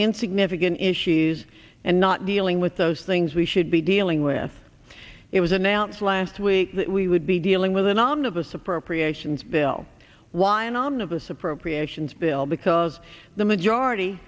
in significant issues and not dealing with those things we should be dealing with it was announced last week that we would be dealing with an omnibus appropriations bill why an omnibus appropriations bill because the majority